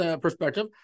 perspective